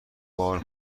بار